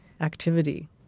activity